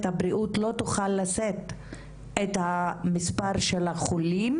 הבריאות לא תוכל לשאת את המספר של החולים,